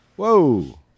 Whoa